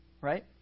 Right